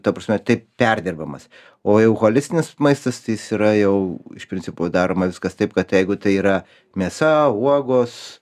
ta prasme tai perdirbamas o jau holistinis maistas tai jis yra jau iš principo daroma viskas taip kad jeigu tai yra mėsa uogos